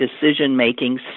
decision-making